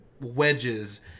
wedges